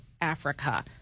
Africa